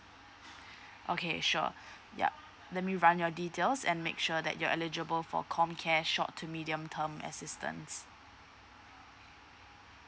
okay sure yup let me run your details and make sure that you're eligible for comcare short to medium term assistance